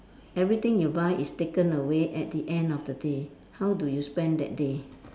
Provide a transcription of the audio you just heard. everything you buy is taken away at the end of the day how do you spend that day